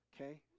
Okay